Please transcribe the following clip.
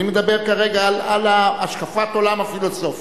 אני מדבר על השקפת העולם הפילוסופית.